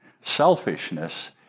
Selfishness